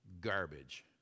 garbage